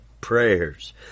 prayers